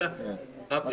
ועדת החוקה,